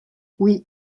oui